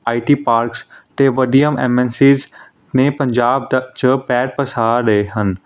ਆਈ T parks ਅਤੇ ਵੱਡੀਆਂ M N Cs ਨੇ ਪੰਜਾਬ ਤੱਕ 'ਚ ਪੈਰ ਪਸਾਰ ਰਹੇ ਹਨ